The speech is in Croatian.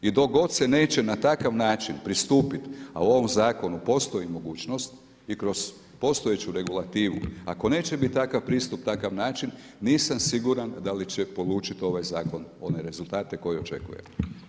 I dok god se neće na takav način pristupiti a u ovom zakonu postoji mogućnost i kroz postojeću regulativu, ako neće biti takav pristup, takav način nisam siguran da li će polučiti ovaj zakon one rezultate koje očekujemo.